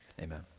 Amen